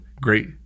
great